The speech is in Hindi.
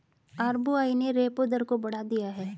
आर.बी.आई ने रेपो दर को बढ़ा दिया है